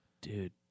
Dude